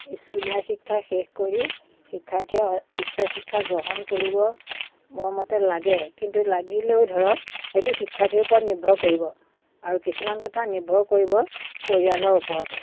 স্কুলীয়া শিক্ষা শেষ কৰি শিক্ষাৰ্থীয়ে উচ্চ শিক্ষা গ্ৰহণ কৰিব মোৰ মতে লাগে কিন্তু লাগিলেও ধৰক সেইটো শিক্ষাৰ্থীৰ ওপৰত নিৰ্ভৰ কৰিব আৰু কিছুমান কথা নিৰ্ভৰ কৰিব পৰিয়ালৰ ওপৰতো